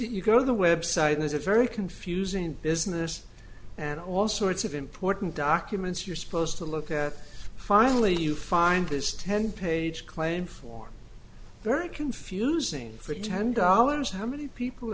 you go to the website and there's a very confusing business and all sorts of important documents you're supposed to look at finally you find this ten page claim for very confusing for ten dollars how many people